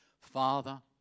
Father